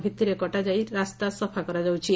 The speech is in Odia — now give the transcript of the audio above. ଭିତିରେ କଟାଯାଇ ରାସ୍ତା ସଫା କରାଯାଉଛି